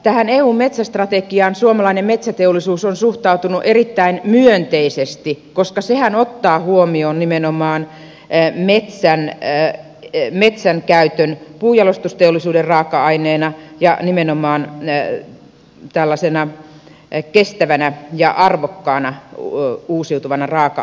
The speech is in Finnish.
tähän eun metsästrategiaan suomalainen metsäteollisuus on suhtautunut erittäin myönteisesti koska sehän ottaa huomioon nimenomaan metsän käytön puunjalostusteollisuuden raaka aineena ja nimenomaan tällaisena kestävänä ja arvokkaana uusiutuvana raaka aineena